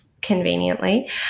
conveniently